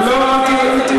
לא, אל תהיי.